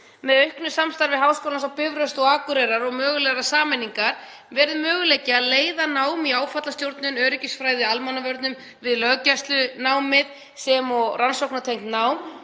Með auknu samstarfi Háskólans á Bifröst og Háskólans á Akureyri og mögulegrar sameiningar verður möguleiki á að tengja nám í áfallastjórnun, öryggisfræði og almannavörnum við löggæslunámið sem og rannsóknartengt nám.